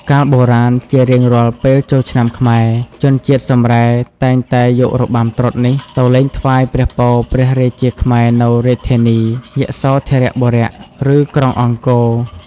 កាលបុរាណ ជារៀងរាល់ពេលចូលឆ្នាំខ្មែរ ជនជាតិសម្រែតែងតែយករបាំត្រុដិនេះទៅលេងថ្វាយព្រះពរព្រះរាជាខ្មែរនៅរាជធានី យសោធរបុរៈ ឬ ក្រុងអង្គរ។